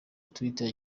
twitter